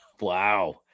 Wow